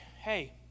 hey